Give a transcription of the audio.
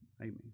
Amen